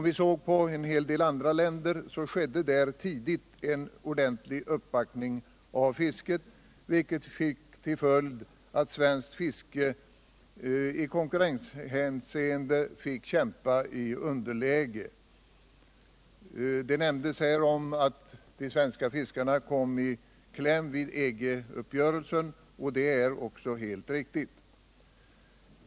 I en hel del andra länder skedde det tidigt en ordentlig uppbackning av fisket, vilket fick till följd att svenskt fiske i konkurrenshänseende fick kämpa i underläge. Det har nämnts att de svenska fiskarna kom i kläm vid EG-uppgörelsen, och det är helt riktigt.